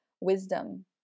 wisdom